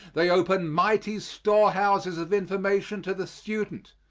they open mighty storehouses of information to the student.